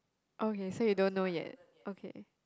oh you said you don't know yet okay